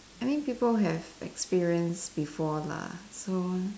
I mean people have experience before lah so